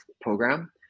program